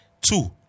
Two